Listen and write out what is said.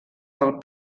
del